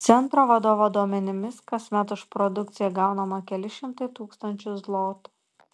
centro vadovo duomenimis kasmet už produkciją gaunama keli šimtai tūkstančių zlotų